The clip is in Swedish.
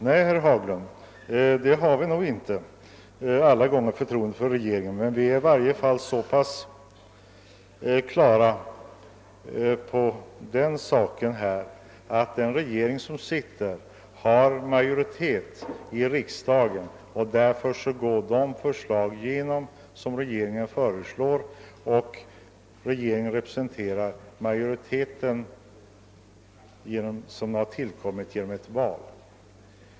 Nej, herr Haglund, vi har nog inte alltid förtroende för regeringen men vi är i alla fall på det klara med att den sittande regeringen har majoritet i riksdagen, varför regeringens förslag går igenom, och att denna majoritet har tillkommit genom val.